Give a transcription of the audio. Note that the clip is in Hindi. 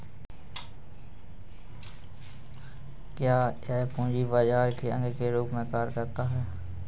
क्या यह पूंजी बाजार के अंग के रूप में कार्य करता है?